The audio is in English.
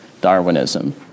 Darwinism